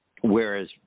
whereas